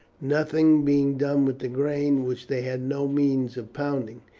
nothing being done with the grain, which they had no means of pounding.